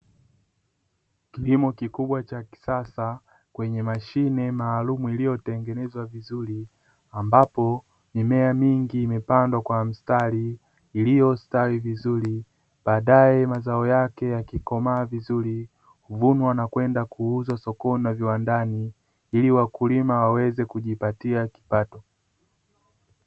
Kilimo kikubwa cha kisasa kwenye mashine maalumu iliyotengenezwa vizuri ambapo mimea mingi imepandwa kwa mstari, iliyostawi vizuri badae mazao yake yakikomaa vizuri vunwa na kwenda kuuzwa sokoni na viwandani ili wakulima waweze kujipatia kipato.